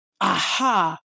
Aha